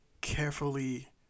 carefully